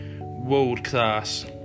world-class